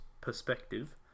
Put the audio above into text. perspective